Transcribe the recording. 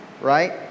right